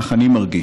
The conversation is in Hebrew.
כך אני מרגיש,